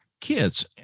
kids